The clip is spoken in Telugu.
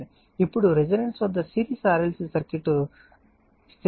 ఇప్పుడు రెసోనన్స్ వద్ద సిరీస్ RLC సర్క్యూట్ స్థిరమైన శక్తిని నిల్వ చేస్తుంది అని పరిగణించండి